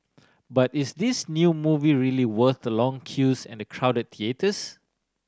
but is this new movie really worth the long queues and the crowd theatres